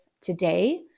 today